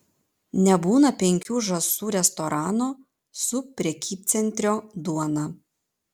nebūna penkių žąsų restorano su prekybcentrio duona